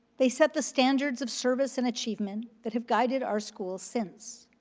they set the standards of service and achievement that had guided our school since.